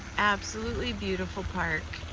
absolutely beautiful park.